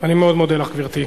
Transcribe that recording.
אני מאוד מודה לך, גברתי.